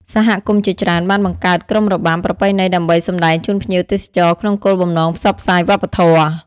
សហគមន៍ជាច្រើនបានបង្កើត ក្រុមរបាំ ប្រពៃណីដើម្បីសម្តែងជូនភ្ញៀវទេសចរក្នុងគោលបំណងផ្សព្វផ្សាយវប្បធម៌។